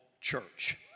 church